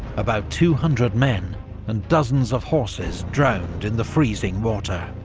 about two hundred men and dozens of horses drowned in the freezing water,